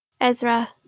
Ezra